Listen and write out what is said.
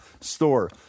store